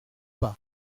pas